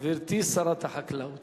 גברתי שרת החקלאות,